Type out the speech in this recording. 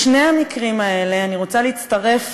בשני המקרים האלה אני רוצה להצטרף